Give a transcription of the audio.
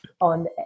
on